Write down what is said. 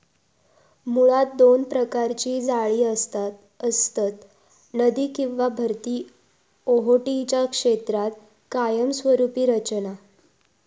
मुळात दोन प्रकारची जाळी असतत, नदी किंवा भरती ओहोटीच्या क्षेत्रात कायमस्वरूपी रचना